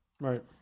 Right